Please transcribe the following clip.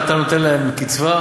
מצד אחד אתה נותן להם קצבה,